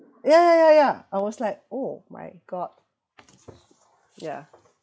ya ya ya ya I was like oh my god ya